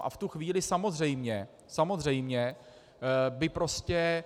A v tu chvíli samozřejmě, samozřejmě by prostě...